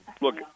look